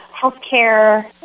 healthcare